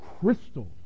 crystal